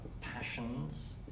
passions